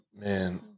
man